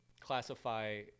classify